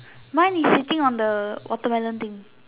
mine is sitting on the watermelon thing